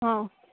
હ